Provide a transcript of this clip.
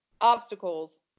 obstacles